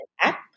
app